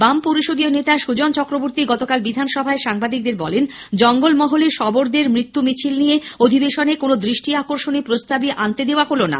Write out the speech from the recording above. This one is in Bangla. বাম পরিষদীয় নেতা সুজন চক্রবর্তী গতকাল বিধানসভায় সাংবাদিকদের বলেন জঙ্গলমহলে শবরদের মৃত্যু মিছিল নিয়ে অধিবেশনে কোন দৃষ্টি আকর্ষনী প্রস্তাবই আনতে দেওয়া হল না